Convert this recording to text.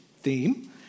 theme